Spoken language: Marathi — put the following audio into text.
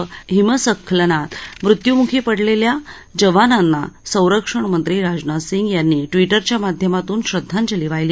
सियाचेन इथं हिमस्खलनात मृत्यूमुखी पडलेल्या जवानांना संरक्षणमंत्री राजनाथ सिंग यांनी ट्विटरच्या माध्यमातून श्रद्धांजली वाहिली